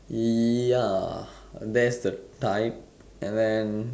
ya that's the type and then